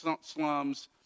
slums